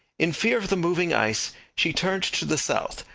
in fear of the moving ice, she turned to the south,